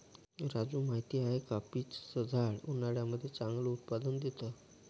राजू माहिती आहे का? पीच च झाड उन्हाळ्यामध्ये चांगलं उत्पादन देत